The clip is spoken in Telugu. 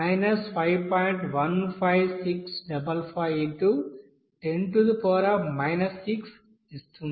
15655x10 6 ఇస్తుంది